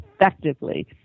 effectively